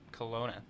Kelowna